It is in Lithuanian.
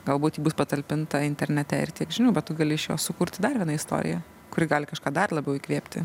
galbūt ji bus patalpinta internete ir tiek žinių bet tu gali iš jos sukurti dar vieną istoriją kuri gali kažką dar labiau įkvėpti